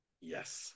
Yes